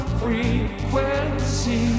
frequency